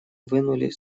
вынули